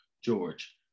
George